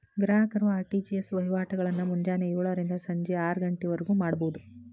ಗ್ರಾಹಕರು ಆರ್.ಟಿ.ಜಿ.ಎಸ್ ವಹಿವಾಟಗಳನ್ನ ಮುಂಜಾನೆ ಯೋಳರಿಂದ ಸಂಜಿ ಆರಗಂಟಿವರ್ಗು ಮಾಡಬೋದು